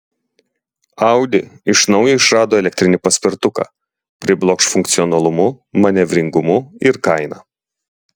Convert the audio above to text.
audi iš naujo išrado elektrinį paspirtuką priblokš funkcionalumu manevringumu ir kaina